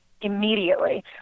immediately